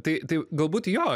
tai tai galbūt jo